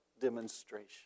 demonstration